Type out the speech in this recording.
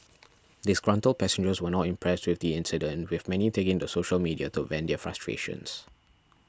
disgruntled passengers were not impressed with the incident with many taking to social media to vent their frustrations